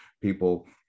people